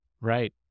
Right